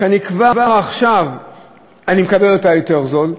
שכבר עכשיו אני מקבל אותה יותר בזול,